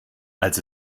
als